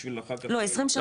בשביל אחר כך --- לא,